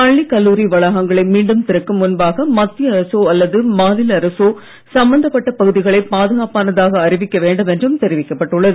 பள்ளி கல்லூரி வளாகங்களை மீண்டும் திறக்கும் முன்பாக மத்திய அரசோ அல்லது மாநில அரசோ சம்பந்தப்பட்ட பகுதிகளை பாதுகாப்பானதாக அறிவிக்க வேண்டும் என்றும் தெரிவிக்கப் பட்டுள்ளது